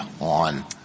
on